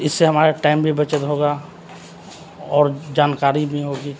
اس سے ہمارا ٹائم بھی بچت ہوگا اور جانکاری بھی ہوگی